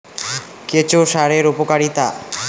কেঁচো সারের উপকারিতা?